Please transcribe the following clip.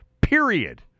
period